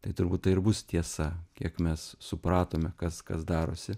tai turbūt tai ir bus tiesa kiek mes supratome kas kas darosi